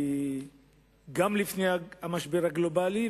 גם לפני המשבר הגלובלי,